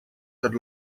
tot